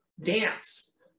Dance